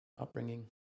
upbringing